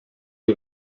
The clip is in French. les